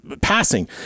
passing